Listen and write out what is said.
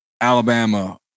Alabama